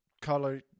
color